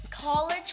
College